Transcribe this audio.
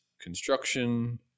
construction